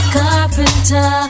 carpenter